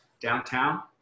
downtown